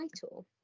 title